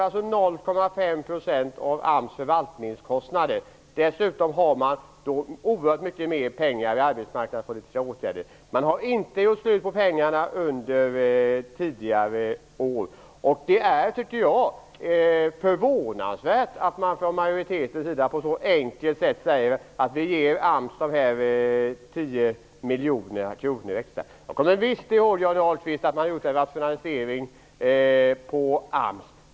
Det är 0,5 % av AMS förvaltningskostnader. Dessutom har man oerhört mycket mer pengar för arbetsmarknadspolitiska åtgärder. Man har inte gjort slut på pengarna under tidigare år. Det är, tycker jag, förvånansvärt att majoriteten så lätt säger: Vi ger AMS de här Jag kommer visst ihåg att AMS har gjort en rationalisering, Johnny Ahlqvist.